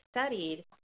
studied